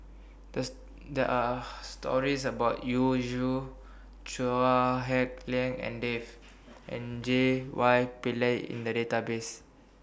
This There Are stories about Yu Yu Chua Hak Lien and Dave and J Y Pillay in The Database